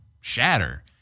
shatter